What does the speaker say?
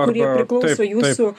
kurie priklauso jūsų